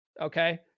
okay